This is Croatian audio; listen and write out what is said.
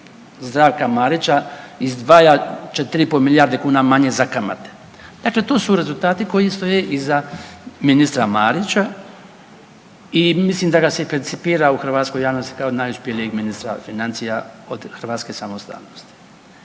Zdravka Marića izdvaja 4,5 milijarde kuna manje za kamate. Dakle, to su rezultati koji stoje iza ministra Marića i mislim da ga se percipira u hrvatskoj javnosti kao najuspjelijeg ministra financija od hrvatske samostalnosti.